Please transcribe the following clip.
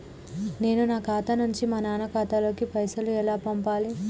నేను నా ఖాతా నుంచి మా నాన్న ఖాతా లోకి పైసలు ఎలా పంపాలి?